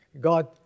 God